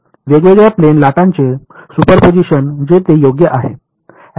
वेगवेगळ्या प्लेन लाटांचे सुपरपोजिशन जे ते योग्य आहे